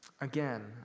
again